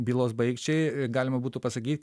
bylos baigčiai galima būtų pasakyk